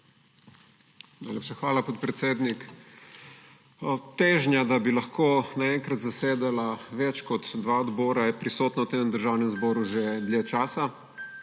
hvala, podpredsednik. Težnja, da bi lahko naenkrat zasedala več kot dva odbora, je prisotna v Državnem zboru že dlje časa.